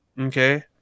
Okay